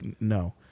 no